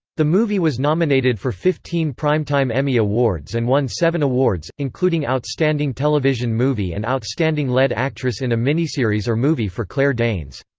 the movie was nominated for fifteen primetime emmy awards and won seven awards, including outstanding television movie and outstanding lead actress in a miniseries or movie for claire danes.